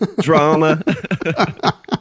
drama